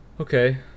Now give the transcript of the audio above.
okay